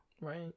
Right